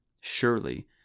Surely